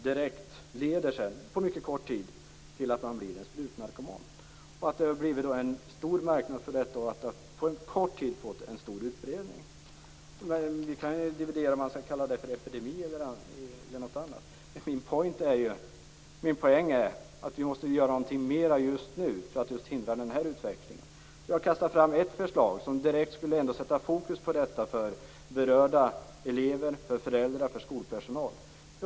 Det leder på mycket kort tid till att man blir sprutnarkoman. Det har blivit en stor marknad för detta, och det har på kort tid fått stor utbredning. Vi kan dividera om huruvida man skall kalla det för epidemi eller något annat, men min poäng är att vi måste göra något mer just nu för att förhindra denna utveckling. Jag har kastat fram ett förslag som direkt skulle fokusera problemen för berörda elever, föräldrar och skolpersonal.